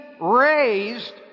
raised